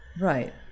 Right